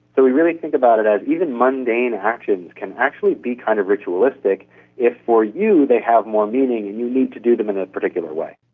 but we really think about it as even mundane actions can actually be kind of ritualistic if for you they have more meaning and you need to do them in a particular way.